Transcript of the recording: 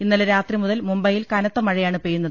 ഇന്നലെ രാത്രി മുതൽ മുംബൈയിൽ കനത്തമഴയാണ് പെയ്യുന്നത്